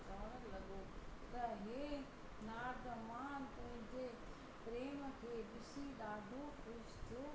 चवणु लॻो त हे नारद मां तुंहिंजे प्रेम खे ॾिसी ॾाढो ख़ुशि थियो